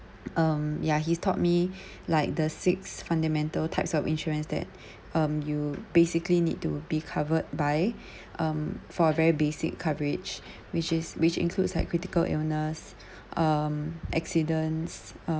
um ya he's taught me like the six fundamental types of insurance that um you basically need to be covered by um for very basic coverage which is which includes like critical illness um accidents uh